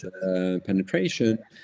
penetration